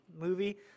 movie